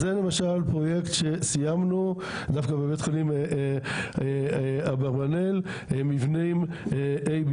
אז זה למשל פרויקט שיסיימנו דווקא בבית חולים אברבנאל מבנים A,